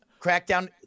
Crackdown